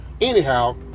Anyhow